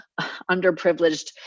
underprivileged